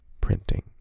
printing